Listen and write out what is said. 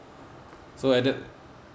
so at that